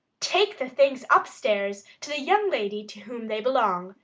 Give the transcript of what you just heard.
take the things upstairs to the young lady to whom they belong,